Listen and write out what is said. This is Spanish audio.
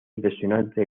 impresionante